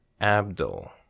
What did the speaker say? Abdul